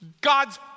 God's